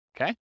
Okay